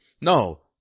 No